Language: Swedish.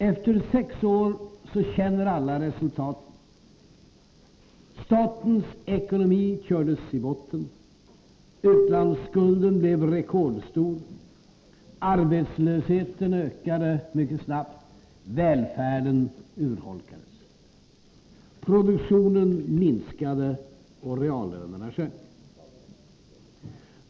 Efter sex år känner alla till resultatet: Statens ekonomi kördes i botten, utlandsskulden blev rekordstor, arbetslösheten ökade mycket snabbt, välfärden urholkades. Produktionen minskade och reallönerna sjönk.